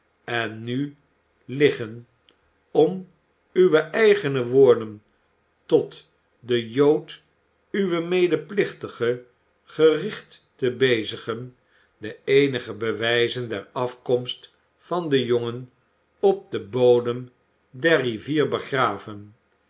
en nu liggen om uwe eigene woorden tot den jood uw medeplichtige gericht te bezigen de eenige bewijzen der afkomst van den jongen op den bodem der rivier begraven